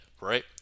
right